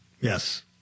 Yes